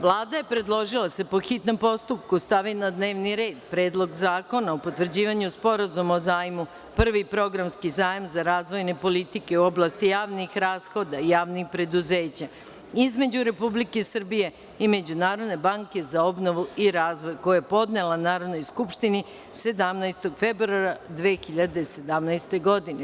Vlada je predložila da se, po hitnom postupku, stavi na dnevni red Predlog zakona o potvrđivanju Sporazuma o zajmu (prvi programski zajam za razvojne politike u oblasti javnih rashoda i javnih preduzeća) između Republike Srbije i Međunarodne banke za obnovu i razvoju, koji je podnela Narodnoj skupštini 17. februara 2017. godine.